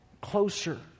closer